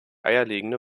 eierlegende